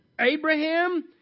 Abraham